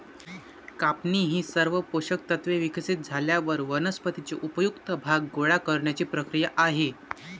कापणी ही सर्व पोषक तत्त्वे विकसित झाल्यावर वनस्पतीचे उपयुक्त भाग गोळा करण्याची क्रिया आहे